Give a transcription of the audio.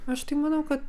aš tai manau kad